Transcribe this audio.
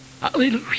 Hallelujah